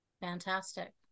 Fantastic